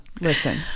listen